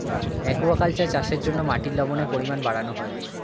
aquaculture চাষের জন্য মাটির লবণের পরিমাণ বাড়ানো হয়